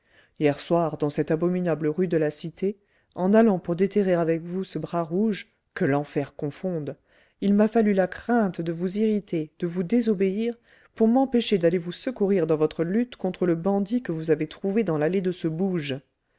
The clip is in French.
hier soir dans cette abominable rue de la cité en allant pour déterrer avec vous ce bras rouge que l'enfer confonde il m'a fallu la crainte de vous irriter de vous désobéir pour m'empêcher d'aller vous secourir dans votre lutte contre le bandit que vous avez trouvé dans l'allée de ce bouge